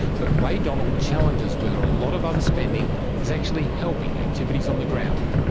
but ray donald challenges whether a lot of other spending is actually helping activities on the ground.